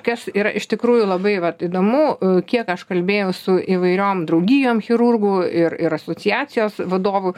kas yra iš tikrųjų labai vat įdomu kiek aš kalbėjau su įvairiom draugijom chirurgų ir ir asociacijos vadovų